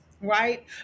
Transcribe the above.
right